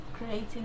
creating